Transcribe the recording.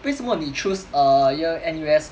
为什么你 choose err yale N_U_S